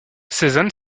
cézanne